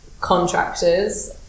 contractors